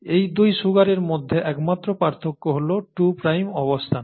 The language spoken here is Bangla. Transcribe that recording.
এই দুই সুগারের মধ্যে একমাত্র পার্থক্য হল 2 প্রাইম অবস্থান